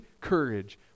courage